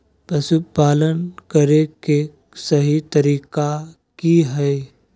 पशुपालन करें के सही तरीका की हय?